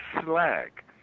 slag